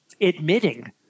admitting